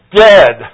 dead